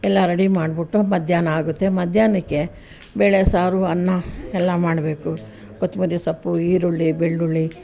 ಎಲ್ಲ ರೆಡಿ ಮಾಡಿಬಿಟ್ಟು ಮಧ್ಯಾಹ್ನ ಆಗುತ್ತೆ ಮಧ್ಯಾಹ್ನಕ್ಕೆ ಬೇಳೆ ಸಾರು ಅನ್ನ ಎಲ್ಲ ಮಾಡಬೇಕು ಕೊತ್ತಂಬರಿ ಸೊಪ್ಪು ಈರುಳ್ಳಿ ಬೆಳ್ಳುಳ್ಳಿ